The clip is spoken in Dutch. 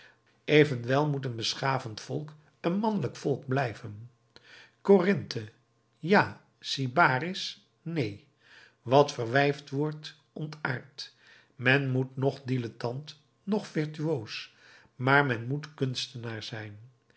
evenwel moet een beschavend volk een mannelijk volk blijven corinthe ja sybaris neen wat verwijfd wordt ontaardt men moet noch dilettant noch virtuoos maar men moet kunstenaar zijn